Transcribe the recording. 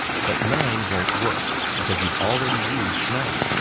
but nine won't work because you've already used nine.